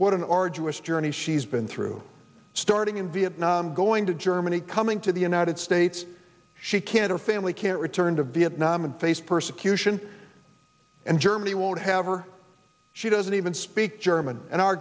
what an arduous journey she's been through starting in vietnam going to germany coming to the united states she can her family can't return to vietnam and face persecution and germany won't have or she doesn't even speak german and our